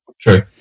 True